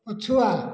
ପଛୁଆ